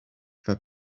for